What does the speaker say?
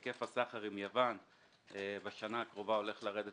היקף הסחר עם יוון בשנה הקרובה הולך לרדת